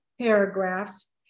paragraphs